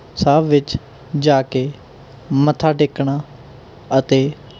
ਸਾਹਿਬ ਵਿੱਚ ਜਾ ਕੇ ਮੱਥਾ ਟੇਕਣਾ ਅਤੇ